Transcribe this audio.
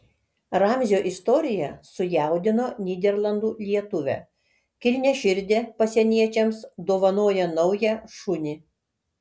ramzio istorija sujaudino nyderlandų lietuvę kilniaširdė pasieniečiams dovanoja naują šunį